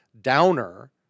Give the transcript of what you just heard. downer